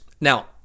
Now